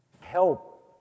help